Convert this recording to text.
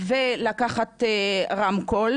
תקשיב לי טוב.